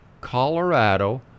Colorado